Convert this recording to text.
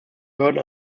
behörden